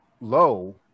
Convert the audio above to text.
low